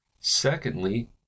Secondly